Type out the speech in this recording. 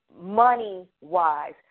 money-wise